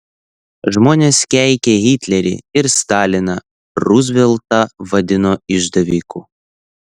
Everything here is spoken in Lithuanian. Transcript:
žmonės keikė hitlerį ir staliną ruzveltą vadino išdaviku